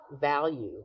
value